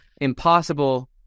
impossible